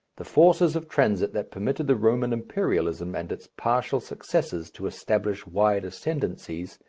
the forces of transit that permitted the roman imperialism and its partial successors to establish wide ascendancies,